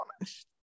honest